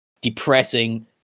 depressing